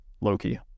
Loki